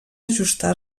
ajustar